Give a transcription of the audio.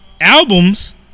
albums